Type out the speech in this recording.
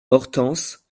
hortense